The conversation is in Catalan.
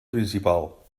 principal